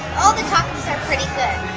all the tacos are pretty good.